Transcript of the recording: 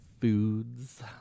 foods